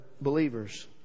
believers